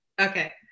Okay